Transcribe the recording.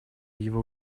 его